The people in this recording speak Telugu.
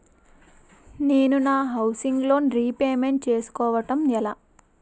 నేను నా హౌసిగ్ లోన్ రీపేమెంట్ చేసుకోవటం ఎలా?